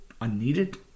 unneeded